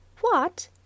What